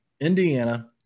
Indiana